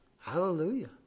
hallelujah